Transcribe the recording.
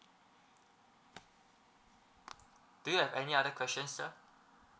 do you have any other question sir